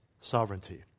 sovereignty